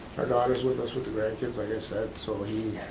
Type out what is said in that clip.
our daughter's with us with the grandkids, like i said, so he,